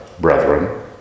brethren